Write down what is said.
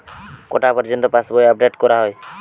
কটা পযর্ন্ত পাশবই আপ ডেট করা হয়?